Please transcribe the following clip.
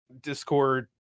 Discord